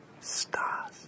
stars